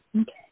Okay